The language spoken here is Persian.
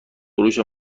فروش